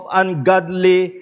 ungodly